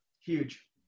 Huge